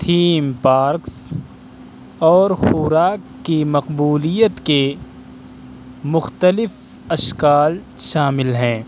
theme parks اور خوراک کی مقبولیت کے مختلف اشکال شامل ہیں